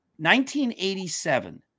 1987